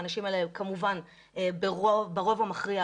האנשים האלה כמובן ברוב המכריע,